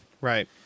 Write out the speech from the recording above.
Right